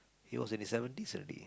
he was in his seventies already